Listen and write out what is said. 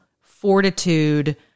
fortitude